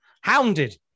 hounded